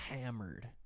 hammered